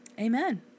Amen